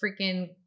freaking